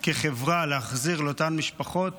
כחברה להחזיר לאותן משפחות